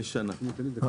לשנה.